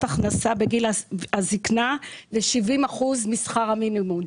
ההכנסה בגיל הזקנה ל-70% משכר המינימום.